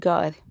God